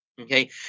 Okay